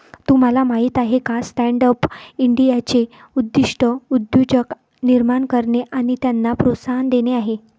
तुम्हाला माहीत आहे का स्टँडअप इंडियाचे उद्दिष्ट उद्योजक निर्माण करणे आणि त्यांना प्रोत्साहन देणे आहे